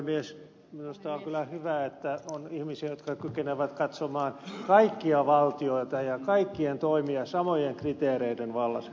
minusta on kyllä hyvä että on ihmisiä jotka kykenevät katsomaan kaikkia valtioita ja kaikkien toimia samojen kriteereiden valossa